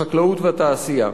החקלאות והתעשייה".